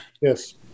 yes